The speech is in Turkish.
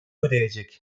ödeyecek